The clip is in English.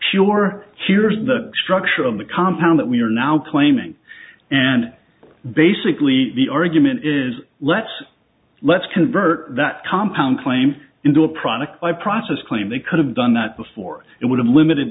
pure here's the structure of the compound that we are now claiming and basically the argument is let's let's convert that compound claim into a product by process claim they could have done that before it would have limited